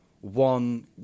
one